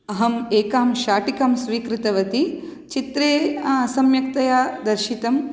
अहं एकां शाटिकां स्वीकृतवति चित्रे सम्यक्तया दर्शितम्